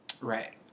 Right